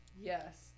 Yes